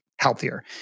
healthier